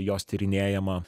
jos tyrinėjamą